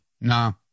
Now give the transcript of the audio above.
No